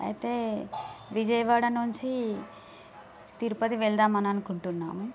అయితే విజయవాడ నుంచి తిరుపతి వెళ్దాం అని అనుకుంటున్నాం